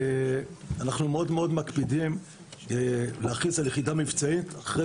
אנחנו מאוד מאוד מקפידים להכריז על יחידה מבצעית אחרי